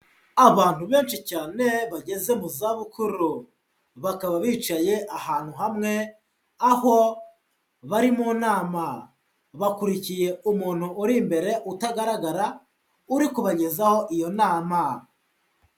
Abantu benshi cyane bageze mu zabukuru, bakaba bicaye ahantu hamwe aho bari mu nama, bakurikiye umuntu uri imbere utagaragara, uri kubagezaho iyo nama.